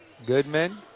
Goodman